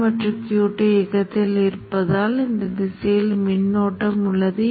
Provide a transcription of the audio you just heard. எனவே இது கொள்ளளவு என்று அழைக்கப்படுகிறது இதை சேமித்து உருவகப்படுத்துதலை நிறுத்திவிட்டு மீண்டும் செய்யலாம்